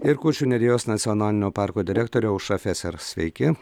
ir kuršių nerijos nacionalinio parko direktorė aušra feser sveiki